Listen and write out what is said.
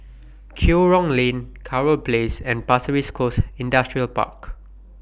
Kerong Lane Kurau Place and Pasir Ris Coast Industrial Park